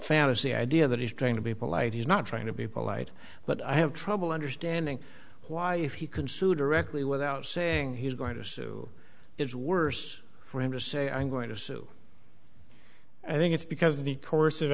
fantasy idea that he's trying to be polite he's not trying to be polite but i have trouble understanding why if he can sue directly without saying he's going to sue it's worse for him to say i'm going to sue i think it's because of the course of